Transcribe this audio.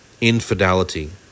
infidelity